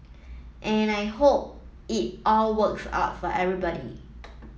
and I hope it all works out for everybody